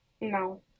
No